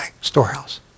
storehouse